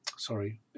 sorry